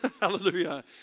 hallelujah